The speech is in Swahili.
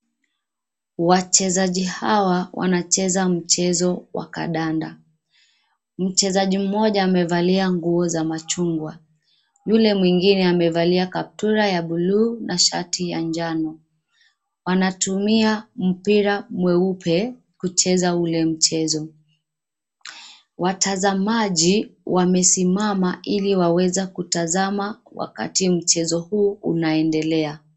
Wachezaji hawa wanacheza mchezo wa kadanda. Mchezaji mmoja amevalia nguo za machungwa. Yule mwingine amevalia kaptura ya buluu na shati ya njano. Wanatumia mpira mweupe kucheza ule mchezo. Watazamaji wamesimama ili waweze kutazama wakati mchezo huu unaendelea.